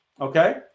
okay